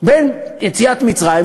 בין יציאת מצרים,